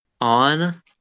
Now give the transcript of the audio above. on